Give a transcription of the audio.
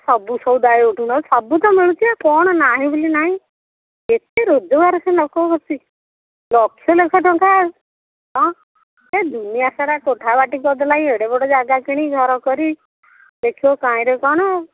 ସବୁ ସଉଦା ଏଉଠୁ ନେଉଛନ୍ତି ସବୁ ତ ଏଠି ମିଳୁଛି ଆଉ କ'ଣ ନାହିଁ ବୋଲି ନାହିଁ କେତେ ରୋଜଗାର ସେ ନ କରୁଛି ଲୋକ ଆସି ଲକ୍ଷ ଲକ୍ଷ ଟଙ୍କା ହଁ ସେ ଦୁନିଆ ସାରା କୋଠାବାଡ଼ି କରିଦେଲା ଏଡ଼େ ବଡ଼ ଜାଗା କିଣି ଘର କରି ଦେଖିବ କାଇଁରେ କ'ଣ